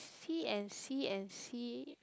see and see and see